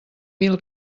mil